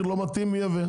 אם המחיר לא מתאים מי ייבא?